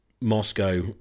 Moscow